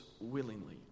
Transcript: willingly